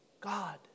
God